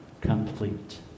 complete